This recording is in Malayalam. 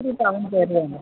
ഇച്ചിരി ടൗൺ പോലെ